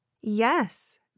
yes